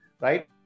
right